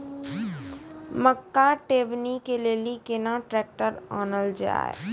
मक्का टेबनी के लेली केना ट्रैक्टर ओनल जाय?